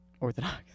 Orthodox